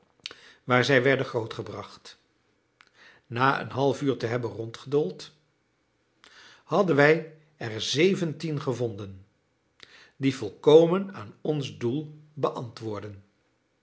waar zij werden grootgebracht na een halfuur te hebben rondgedoold hadden wij er zeventien gevonden die volkomen aan ons doel beantwoordden